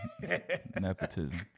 nepotism